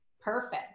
Perfect